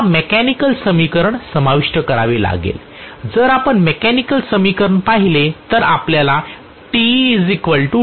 मला मेकॅनिकल समीकरण समाविष्ट करावे लागेल जर आपण मेकॅनिकल समीकरण पाहिले तर आपल्याला TeTl म्हणावे लागेल